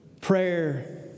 prayer